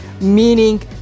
meaning